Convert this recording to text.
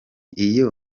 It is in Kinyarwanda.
iyo